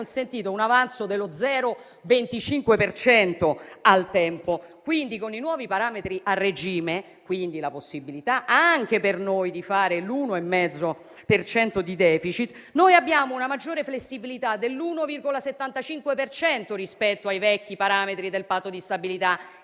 consentito un avanzo dello 0,25 per cento, al tempo. Quindi, con i nuovi parametri a regime, con la possibilità, anche per noi, di fare l'1,5 per cento di *deficit*, noi abbiamo una maggiore flessibilità dell'1,75 per cento rispetto ai vecchi parametri del Patto di stabilità.